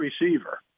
receiver